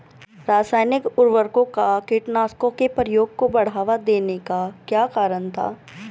रासायनिक उर्वरकों व कीटनाशकों के प्रयोग को बढ़ावा देने का क्या कारण था?